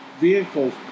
vehicles